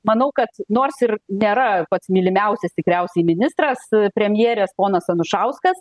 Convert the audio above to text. manau kad nors ir nėra pats mylimiausias tikriausiai ministras premjerės ponas anušauskas